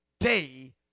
day